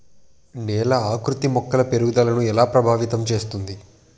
నేల ఆకృతి మొక్కల పెరుగుదలను ఎలా ప్రభావితం చేస్తుంది?